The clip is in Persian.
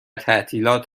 تعطیلات